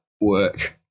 work